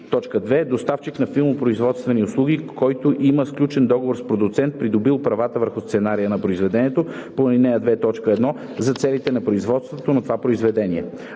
или 2. доставчик на филмопроизводствени услуги, който има сключен договор с продуцент, придобил правата върху сценария на произведение по ал. 2, т. 1 за целите на производството на това произведение.